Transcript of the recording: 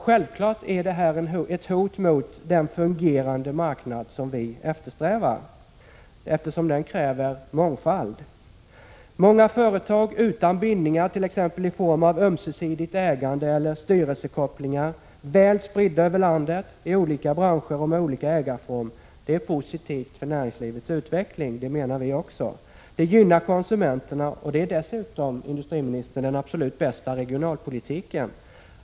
Självfallet utgör denna koncentration ett hot mot den fungerande marknad som vi eftersträvar, eftersom den kräver mångfald. Vi menar också att många företag utan bindningar, t.ex. i form av ömsesidigt ägande eller styrelsekopplingar, väl spridda över landet i olika branscher och med olika ägarform är positivt för näringslivets utveckling. Det gynnar konsumenterna, och det utgör dessutom, industriministern, den absolut bästa regionalpolitiken.